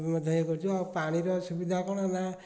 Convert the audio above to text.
ମଧ୍ୟ ଇଏ କରୁଛୁ ଆଉ ପାଣିର ସୁବିଧା କ'ଣ ନା